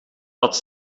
dat